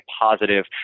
positive